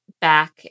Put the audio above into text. back